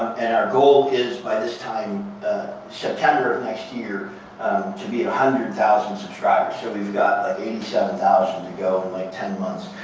and our goal is by this time september of next year to be one ah hundred thousand subscribers. so we've got eighty seven thousand to go in like ten months.